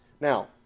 Now